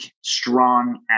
strong